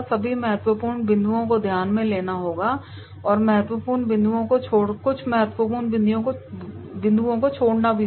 सभी महत्वपूर्ण बिंदुओं को ध्यान से लेना होगा और महत्व हिंदुओं को छोड़ना होगा